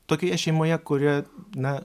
tokioje šeimoje kuria na